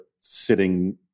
sitting